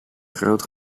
groot